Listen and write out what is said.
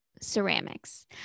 Ceramics